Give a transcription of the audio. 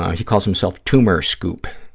he calls himself tumor scoop,